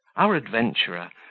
our adventurer,